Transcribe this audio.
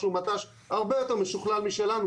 שהוא מט"ש הרבה יותר משוכלל משלנו.